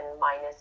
minus